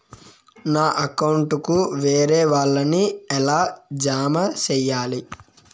నా అకౌంట్ కు వేరే వాళ్ళ ని ఎలా జామ సేయాలి?